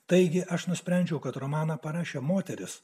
taigi aš nusprendžiau kad romaną parašė moteris